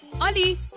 Ali